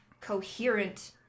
coherent